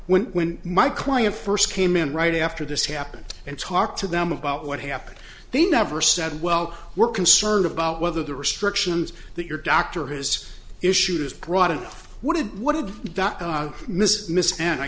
when when my client first came in right after this happened and talked to them about what happened they never said well we're concerned about whether the restrictions that your doctor has issues brought and what did what did that miss miss and i